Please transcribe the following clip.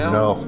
no